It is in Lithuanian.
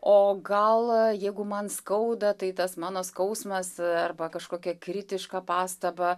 o gal jeigu man skauda tai tas mano skausmas arba kažkokia kritiška pastaba